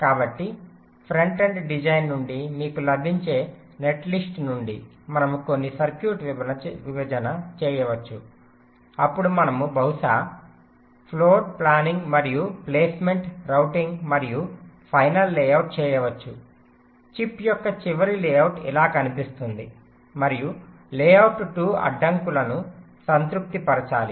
కాబట్టి front end design నుండి మీకు లభించే నెట్లిస్ట్ నుండి మనము కొన్ని సర్క్యూట్ విభజన చేయవచ్చు అప్పుడు మనము బహుశా ఫ్లోర్ ప్లానింగ్ మరియు ప్లేస్మెంట్ రౌటింగ్ మరియు ఫైనల్ లేఅవుట్ చేయవచ్చు చిప్ యొక్క చివరి లేఅవుట్ ఇలా కనిపిస్తుంది మరియు లేఅవుట్ 2 అడ్డంకులను సంతృప్తి పరచాలి